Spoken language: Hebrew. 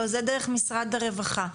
לא זה דרך משרד הרווחה,